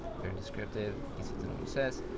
very descriptive, easy to know what it says.